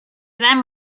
them